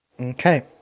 Okay